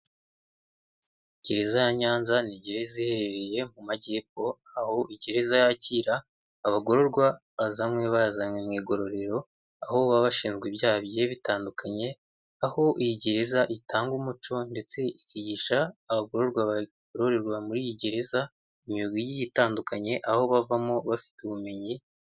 Gereza ya nyanza ni gereza iherereye mu Majyepfo, aho iyi gereza yakira abagororwa bazazanywe, bayazanywe mu igororero, aho baba bashinjwa ibyaha bigiye bitandukanye, aho iyi gereza itanga umuco ndetse ikigisha abagororwa bagororerwa muri iyi gereza, imyuga igiye itandukanye aho bavamo bafite ubumenyi.